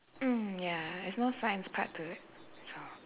mm ya there's no science part to it so